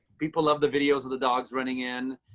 people love the videos of the dogs running in.